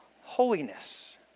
Holiness